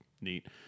neat